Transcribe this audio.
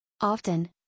Often